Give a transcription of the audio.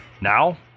Now